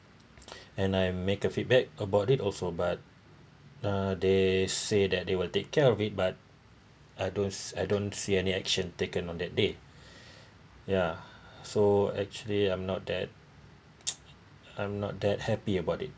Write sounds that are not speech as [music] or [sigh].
[breath] and I make a feedback about it also but uh they say that they will take care of it but I don't I don't see any action taken on that day [breath] ya so actually I'm not that [noise] I'm not that happy about it